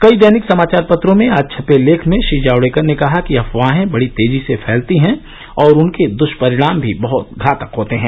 कई दैनिक समाचार पत्रों में आज छपे लेख में श्री जावड़ेकर ने कहा है कि अफवाहे बड़ी तेजी से फैलती हैं और उनके द्ष्परिणाम भी बहत घातक होते हैं